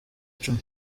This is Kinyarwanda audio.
icumi